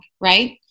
right